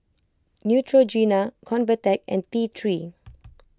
Neutrogena Convatec and T three